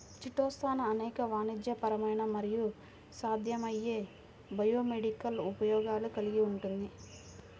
chitosan అనేక వాణిజ్యపరమైన మరియు సాధ్యమయ్యే బయోమెడికల్ ఉపయోగాలు కలిగి ఉంటుంది